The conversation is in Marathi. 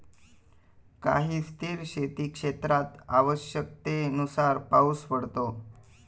काही स्थिर शेतीक्षेत्रात आवश्यकतेनुसार पाऊस पडतो